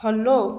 follow